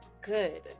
Good